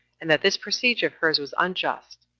and that this procedure of hers was unjust,